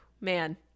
man